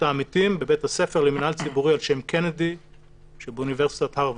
העמיתים בבית הספר למינהל ציבורי על-שם קנדי שבאוניברסיטת הרווארד.